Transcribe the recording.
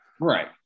Right